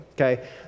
okay